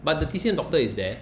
but the T_C_M doctor is there